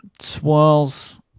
swirls